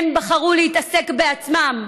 הם בחרו להתעסק בעצמם.